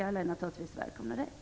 Alla är naturligtvis välkomna dit.